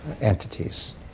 entities